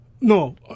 No